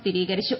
സ്ഥിരീകരിച്ചു